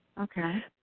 Okay